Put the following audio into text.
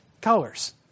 colors